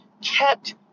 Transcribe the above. kept